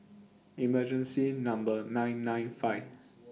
emergency Number nine nine five